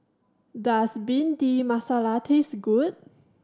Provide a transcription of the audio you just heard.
does Bhindi Masala taste good